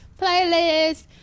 Playlist